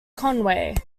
conway